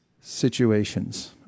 situations